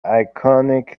iconic